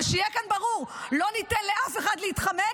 ושיהיה כאן ברור: לא ניתן לאף אחד להתחמק